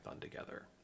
together